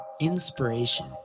Inspiration